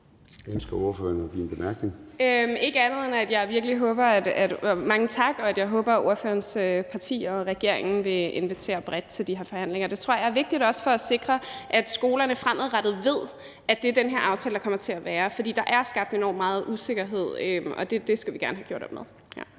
Ønsker ordføreren ordet? Kl. 13:48 Astrid Carøe (SF): Ikke for andet, end at jeg virkelig håber, at ordførerens parti og regeringen vil invitere bredt til de her forhandlinger. Det tror jeg er vigtigt, også for at sikre, at skolerne fremadrettet ved, at det er den her aftale, der kommer til at gælde. For der er skabt enormt meget usikkerhed, og det skal vi gerne have gjort op med.